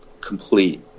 complete